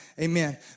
Amen